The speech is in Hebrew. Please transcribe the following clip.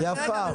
יפה.